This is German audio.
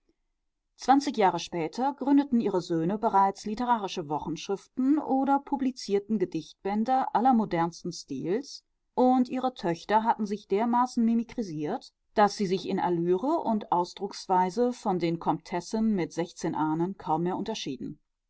zwanzig jahre später gründeten ihre söhne bereits literarische wochenschriften oder publizierten gedichtbände allermodernsten stils und ihre töchter hatten sich dermaßen mimikrisiert daß sie sich in allüre und ausdrucksweise von den komtessen mit sechzehn ahnen kaum mehr unterschieden